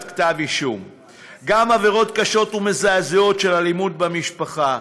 כתב אישום גם עבירות קשות ומזעזעות של אלימות במשפחה.